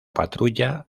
patrulla